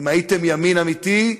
אם הייתם ימין אמיתי,